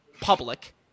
public